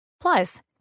Plus